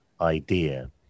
idea